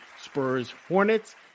Spurs-Hornets